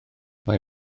mae